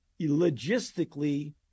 logistically